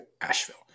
Asheville